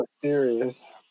serious